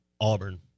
Auburn